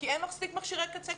כי אין מספיק מכשירי קצה?